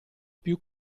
più